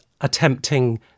attempting